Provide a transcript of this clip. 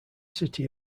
city